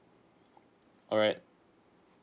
alright